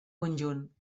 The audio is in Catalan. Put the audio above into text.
conjunt